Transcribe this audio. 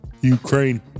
Ukraine